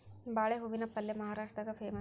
ಬಾಳೆ ಹೂವಿನ ಪಲ್ಯೆ ಮಹಾರಾಷ್ಟ್ರದಾಗ ಪೇಮಸ್